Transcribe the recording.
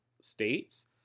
states